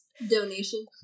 donation